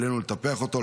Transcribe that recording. עלינו לטפח אותו,